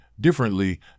Differently